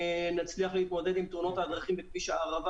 נצליח להתמודד עם תאונות הדרכים בכביש הערבה